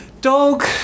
dog